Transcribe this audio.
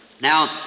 Now